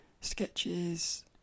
sketches